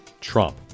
Trump